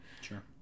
Sure